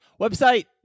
website